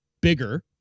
bigger